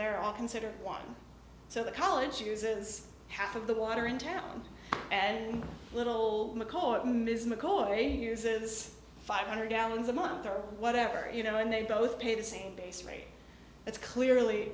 they're all considered one so the college uses half of the water in town and little mccoy ms mccoy rain uses five hundred gallons a month or whatever you know and they both pay the same base rate that's clearly